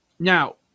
Now